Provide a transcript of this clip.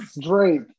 Drake